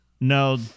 No